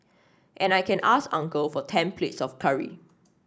and I can ask uncle for ten plates of curry